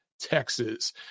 Texas